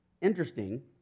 interesting